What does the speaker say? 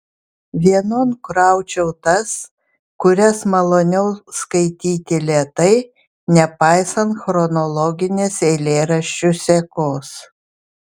vienon kraučiau tas kurias maloniau skaityti lėtai nepaisant chronologinės eilėraščių sekos